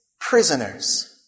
prisoners